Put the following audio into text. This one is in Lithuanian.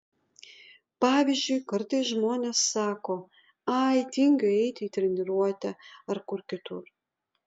pavyzdžiui kartais žmonės sako ai tingiu eiti į treniruotę ar kur kitur